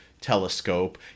Telescope